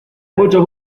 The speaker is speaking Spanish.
mucho